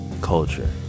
culture